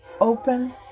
open